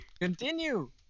Continue